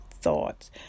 thoughts